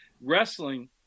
wrestling